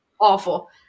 awful